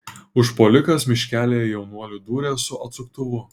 užpuolikas miškelyje jaunuoliui dūrė su atsuktuvu